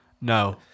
No